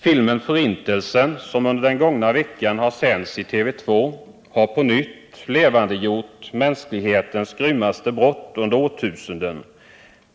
Filmen Förintelsen, som under den gångna veckan har sänts i TV 2, har på nytt levandegjort mänsklighetens grymmaste brott under årtusenden.